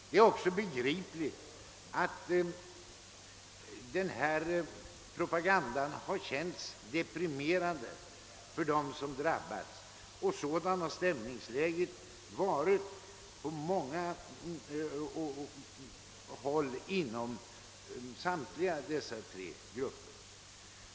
Det är också begripligt att denna propaganda har känts deprimerande för dem som drabbats, och sådant har också stämningsläget varit på många håll inom dessa tre grupper.